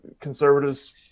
conservatives